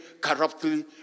corruptly